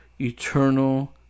eternal